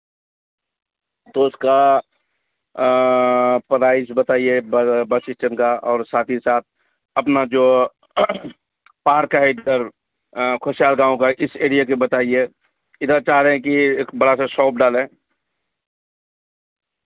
تو اس کا پرائز بتائیے بس اسٹینڈ کا اور ساتھ ہی ساتھ اپنا جو پارک ہے ادھر خوشحال گاؤں کا اس ایریاے کے بتائیے ادھر چاہ رہے ہیں کہ ایک بڑا سا شاپ ڈالے